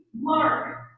mark